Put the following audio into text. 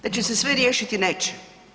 Da će se sve riješiti, neće.